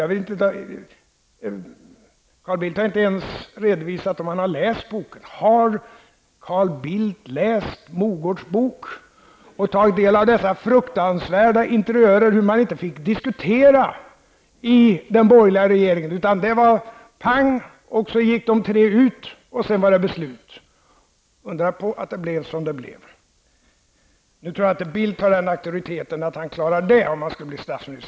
Carl Bildt har inte ens redovisat om han har läst boken. Har Carl Bildt läst Mogårds bok? Däri beskrivs fruktansvärda interiörer av att man inte fick diskutera i den borgerliga regeringen, utan det var pang och så gick de tre ut och sedan blev det beslut. Det är inte att undra på att det blev som det blev. Nu tror jag inte att Bildt har den auktoriteten att han skulle klara det om han blir statsminister.